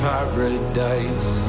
Paradise